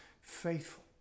faithful